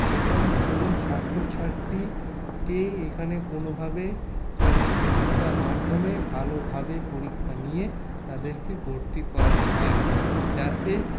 এবং কোনো ছাত্রছাত্রীকে এখানে কোনোভাবে তাদের যোগ্যতার মাধ্যমে ভালোভাবে পরীক্ষা নিয়ে তাদেরকে ভর্তি করানো হয় যাতে